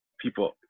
people